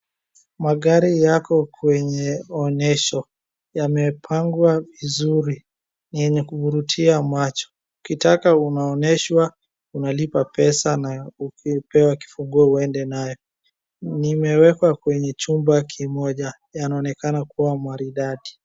Magari yako kwenye onesho. Yamepangwa vizuri. Ni yenye kuvurutia macho. Ukitaka unaoneshwa unalipa pesa na ukipewa kifunguo uende nayo. Imewekwa kwenye chumba kimoja, yanaonekana kuwa maridadi.